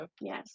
Yes